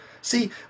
See